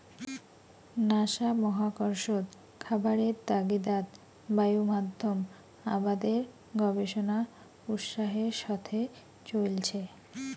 NASA মহাকর্ষত খাবারের তাগিদাত বায়ুমাধ্যম আবাদের গবেষণা উৎসাহের সথে চইলচে